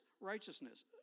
righteousness